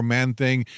Man-Thing